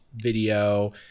video